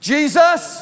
Jesus